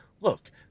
look